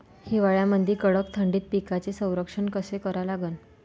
हिवाळ्यामंदी कडक थंडीत पिकाचे संरक्षण कसे करा लागन?